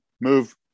move